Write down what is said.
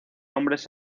hombres